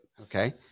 Okay